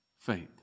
faith